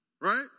Right